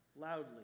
loudly